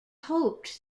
hoped